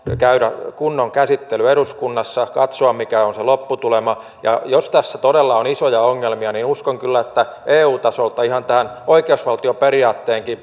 käydä kunnon käsittely eduskunnassa katsoa mikä on se lopputulema ja jos tässä todella on isoja ongelmia niin uskon kyllä että eu tasolta ihan tämän oikeusvaltion periaatteenkin